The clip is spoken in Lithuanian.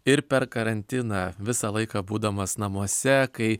ir per karantiną visą laiką būdamas namuose kai